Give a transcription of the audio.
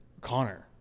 Connor